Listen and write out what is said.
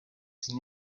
sin